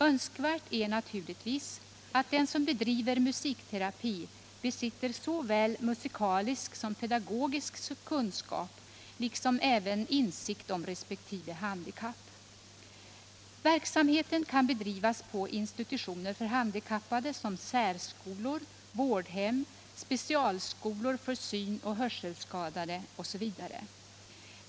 Önskvärt är naturligtvis att den som bedriver musikterapi besitter såväl musikalisk som pedagogisk kunskap liksom även insikt om resp. handikapp. Verksamheten kan bedrivas på institutioner för handikappade: särskolor, vårdhem, specialskolor för synoch hörselskadade osv.